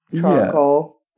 charcoal